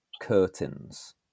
Curtains